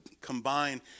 combine